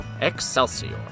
Excelsior